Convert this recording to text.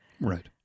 Right